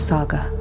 Saga